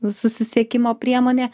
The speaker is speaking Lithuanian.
susisiekimo priemonė